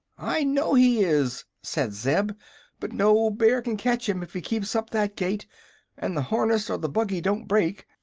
i know he is, said zeb but no bear can catch him if he keeps up that gait and the harness or the buggy don't break.